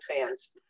fans